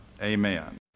amen